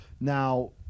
Now